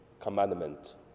commandment